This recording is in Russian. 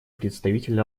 представитель